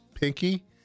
pinky